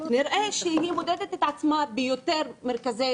נראה שהיא מודדת את עצמה ביותר תחנות משטרה,